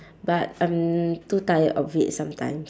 but I'm too tired of it sometimes